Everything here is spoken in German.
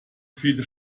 viele